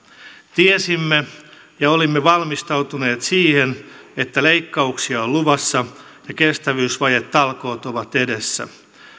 tiesimme ja olimme valmistautuneet siihen että leikkauksia on luvassa ja kestävyysvajetalkoot ovat edessä